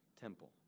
temple